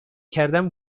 کردن